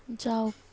যাওক